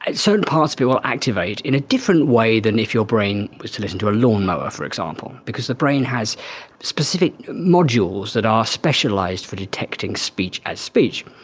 certain parts of it will activate in a different way than if your brain was to listen to a lawnmower, for example, because the brain has specific modules that are specialised for detecting speech as speech.